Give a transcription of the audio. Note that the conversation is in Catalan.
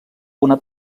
una